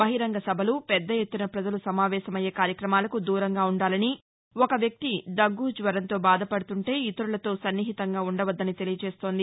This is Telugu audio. బహిరంగ సభలు పెద్ద ఎత్తున పజలు సమావేశమయ్యే కార్యక్రమాలకు దూరంగా ఉండాలని ఒక వ్వక్తి దగ్గు జ్వరంతో భాదపడుతుంటే ఇతరులతో సన్నిహితంగా ఉ ండవద్దని తెలియచేస్తోంది